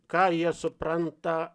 ką jie supranta